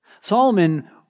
Solomon